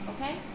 okay